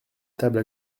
table